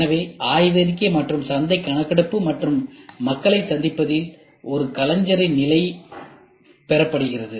எனவே ஆய்வறிக்கை மற்றும் சந்தைக் கணக்கெடுப்பு மற்றும் மக்களைச் சந்திப்பதில் இருந்து கலைஞரின் நிலை பெறப்படுகிறது